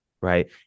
Right